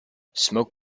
smoke